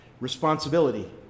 Responsibility